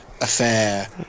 affair